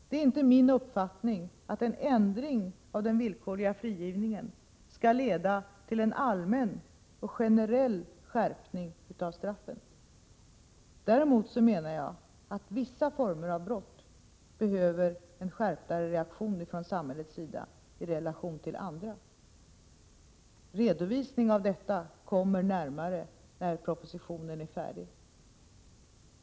Det är inte min uppfattning att en ändring av den villkorliga frigivningen skall leda till en allmän och generell skärpning av straffen. Däremot menar jag att vissa grupper av brott behöver en kraftigare reaktion från samhällets sida i relation tillandra. Närmare redovisning av detta kommer när propositionen är färdig.